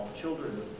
children